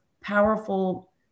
powerful